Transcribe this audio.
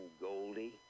goldie